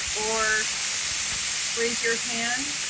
or raise your hand.